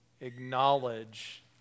acknowledge